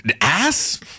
ass